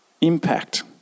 impact